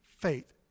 faith